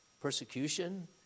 Persecution